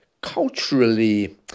culturally